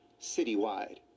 citywide